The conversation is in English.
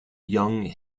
young